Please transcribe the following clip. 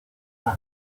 bat